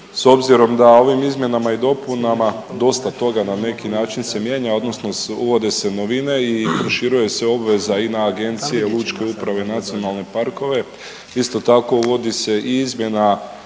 S obzirom da ovim izmjenama i dopunama dosta toga na neki način se mijenja, odnosno uvode se novine i proširuje se obveza i na agencije, lučke uprave, nacionalne parkove. Isto tako, uvodi se i izmjena